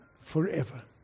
forever